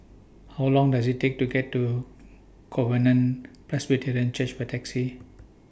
How Long Does IT Take to get to Covenant Presbyterian Church By Taxi